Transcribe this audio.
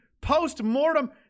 post-mortem